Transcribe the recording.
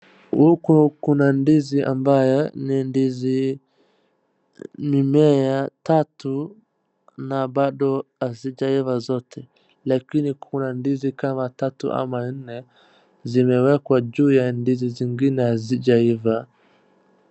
Huku kuna ndizi ambaye ni ndizi mimea tatu na bado hazijaiva zote lakini na kuna ndizi kama tatu ama nne zimewekewa juu ya ndizi zingine hazijaiva.